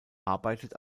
arbeitet